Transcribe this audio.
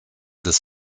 des